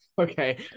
Okay